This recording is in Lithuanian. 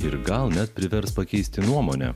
ir gal net privers pakeisti nuomonę